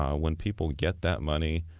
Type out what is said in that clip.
um when people get that money,